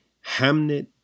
Hamnet